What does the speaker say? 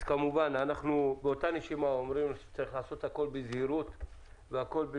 כמובן באותה נשימה אנחנו אומרים שצריך לעשות הכול בזהירות ובמתינות.